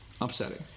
upsetting